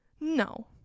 No